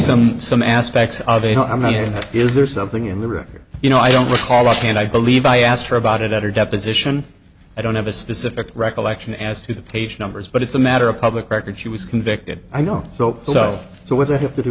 some some aspects of it i mean is there something in the record you know i don't recall offhand i believe i asked her about it at her deposition i don't have a specific recollection as to the page numbers but it's a matter of public record she was convicted i know so so so with i have to do